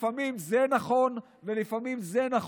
לפעמים זה נכון ולפעמים זה לא נכון.